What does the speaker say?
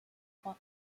croix